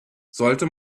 sollte